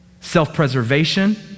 self-preservation